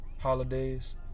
Holidays